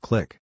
Click